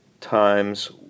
times